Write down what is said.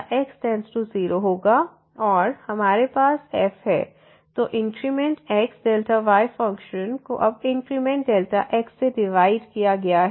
और हमारे पास f है तो इंक्रीमेंट x y फ़ंक्शन को अब इंक्रीमेंट x से डिवाइड किया गया है